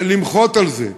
למחות על זה.